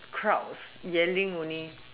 crowds yelling only